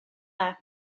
dda